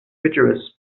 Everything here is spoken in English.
rigorous